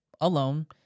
alone